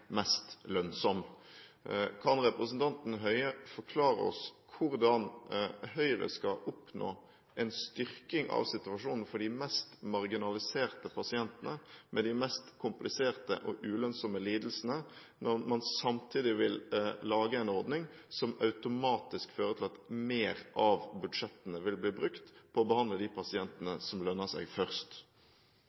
mest lønnsomme. Kan representanten Høie forklare oss hvordan Høyre skal oppnå en styrking av situasjonen for de mest marginaliserte pasientene, med de mest kompliserte og ulønnsomme lidelsene, når man samtidig vil lage en ordning som automatisk fører til at mer av budsjettene vil bli brukt til å behandle de pasientene som lønner seg, først?